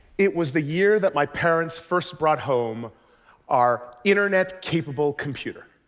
it was the year that my parents first brought home our internet-capable computer,